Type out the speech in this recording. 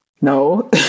No